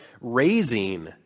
raising